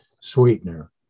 sweetener